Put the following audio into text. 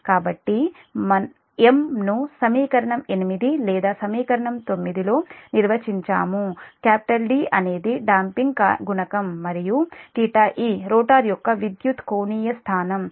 కాబట్టి M ను సమీకరణం 8 లేదా సమీకరణం 9 లో నిర్వచించాం D అనేది డాపింగ్ గుణకం మరియు e రోటర్ యొక్క విద్యుత్ కోణీయ స్థానం